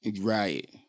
Right